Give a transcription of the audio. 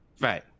Right